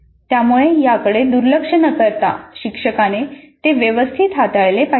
त्यामुळे याकडे दुर्लक्ष न करता शिक्षकाने ते व्यवस्थित हाताळले पाहिजे